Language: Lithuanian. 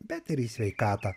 bet ir į sveikatą